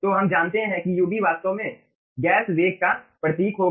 तो हम जानते हैं कि ub वास्तव में गैस वेग का प्रतीक होगा